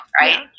right